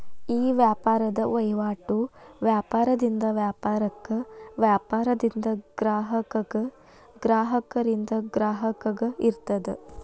ಈ ವ್ಯಾಪಾರದ್ ವಹಿವಾಟು ವ್ಯಾಪಾರದಿಂದ ವ್ಯಾಪಾರಕ್ಕ, ವ್ಯಾಪಾರದಿಂದ ಗ್ರಾಹಕಗ, ಗ್ರಾಹಕರಿಂದ ಗ್ರಾಹಕಗ ಇರ್ತದ